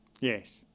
Yes